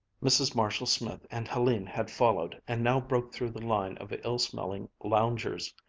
mrs. marshall-smith and helene had followed, and now broke through the line of ill-smelling loungers.